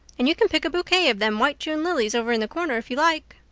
and you can pick a bouquet of them white june lilies over in the corner if you like.